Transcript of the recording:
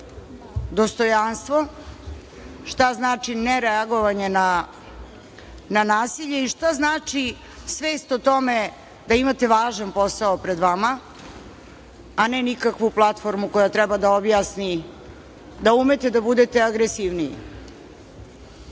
dostojanstvo, šta znači nereagovanje na nasilje i šta znači svest o tome da imate važan posao pred vama, a ne nikakvu platformu koja treba da objasni da umete da budete agresivniji. Ako